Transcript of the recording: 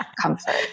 comfort